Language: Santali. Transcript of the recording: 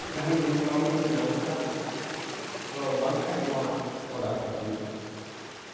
ᱡᱟᱦᱟᱱ ᱰᱤᱥᱠᱟᱣᱩᱱᱴ ᱤᱧ ᱧᱟᱢ ᱠᱮᱭᱟ ᱛᱳ ᱵᱟᱝᱠᱷᱟᱱ ᱱᱚᱣᱟ ᱚᱰᱟᱨ ᱠᱟᱛᱤᱧ ᱢᱮ